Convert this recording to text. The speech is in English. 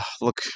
Look